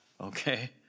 okay